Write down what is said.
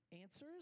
answers